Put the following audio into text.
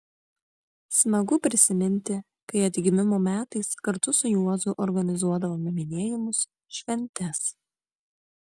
smagu prisiminti kai atgimimo metais kartu su juozu organizuodavome minėjimus šventes